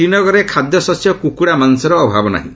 ଶ୍ରୀନଗରରରେ ଖାଦ୍ୟଶସ୍ୟ ଓ କୁକୁଡ଼ା ମାଂସର ଅଭାବ ନାହିଁ